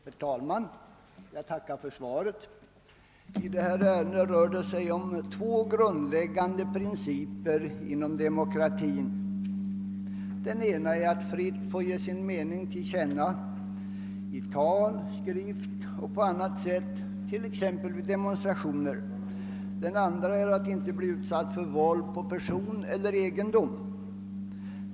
Herr talman! Jag tackar för svaret. I detta ärende rör det sig om två grundläggande principer inom demokratin. Den ena är rätten att fritt få ge sin mening till känna i tal, skrift och på annat sätt, t.ex. genom demonstrationer. Den andra är att inte behöva bli utsatt för våld mot person eller egendom.